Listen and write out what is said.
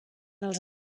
els